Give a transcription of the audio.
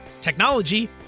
technology